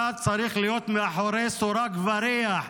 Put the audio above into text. אתה צריך להיות מאחורי סורג ובריח,